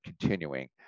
continuing